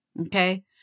Okay